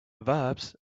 verbs